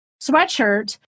sweatshirt